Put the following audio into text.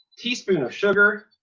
teaspoon of sugar,